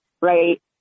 right